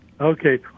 Okay